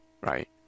right